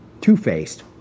Two-faced